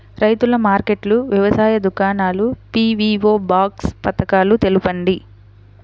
రైతుల మార్కెట్లు, వ్యవసాయ దుకాణాలు, పీ.వీ.ఓ బాక్స్ పథకాలు తెలుపండి?